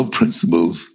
principles